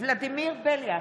ולדימיר בליאק,